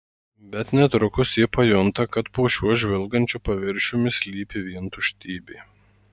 bet netrukus ji pajunta kad po šiuo žvilgančiu paviršiumi slypi vien tuštybė